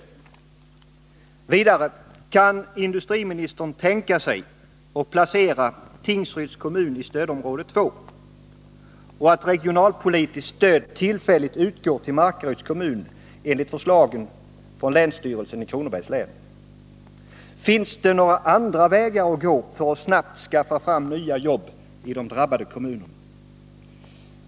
Kan å ed 3 a, i ägarna AB:s industriministern tänka sig att placera Tingsryds kommun i stödområde 2 och driftsinskränkatt regionalpolitiskt stöd tillfälligt utgår till Markaryds kommun enligt ningar förslaget från länsstyrelsen i Kronobergs län? Finns det några andra vägar att gå för att snabbt skaffa fram nya jobb i de drabbade kommunerna?